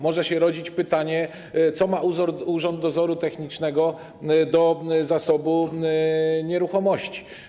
Może się rodzić pytanie, co ma Urząd Dozoru Technicznego do zasobu nieruchomości.